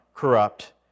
corrupt